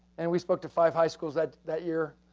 and we spoke to five high schools that that year.